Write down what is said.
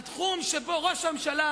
על תחום שבו ראש הממשלה